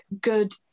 good